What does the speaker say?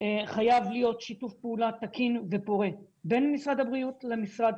חייב להיות שיתוף פעולה תקין ופורה בין משרד הבריאות למשרד